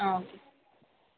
okay